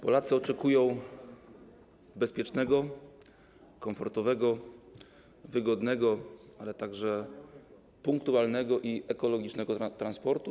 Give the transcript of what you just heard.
Polacy oczekują bezpiecznego, komfortowego, wygodnego, ale także punktualnego i ekologicznego transportu.